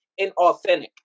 inauthentic